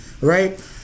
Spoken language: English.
right